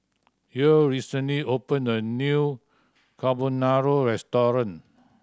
Yael recently opened a new Carbonara Restaurant